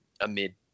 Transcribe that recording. Amid